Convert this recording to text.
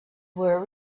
were